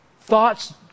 thoughts